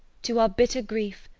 to our bitter grief,